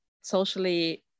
socially